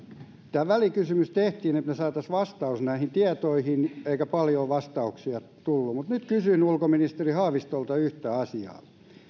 tämä välikysymys tehtiin että me saisimme vastauksen näihin tietoihin eikä paljoa vastauksia tullut mutta nyt kysyn ulkoministeri haavistolta yhtä asiaa